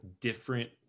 different